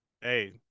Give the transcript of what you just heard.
hey